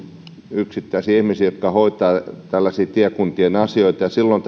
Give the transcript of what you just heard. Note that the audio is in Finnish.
yksittäisiä ihmisiä jotka hoitavat tällaisia tiekuntien asioita silloin